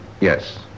yes